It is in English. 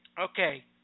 okay